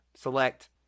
Select